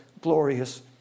glorious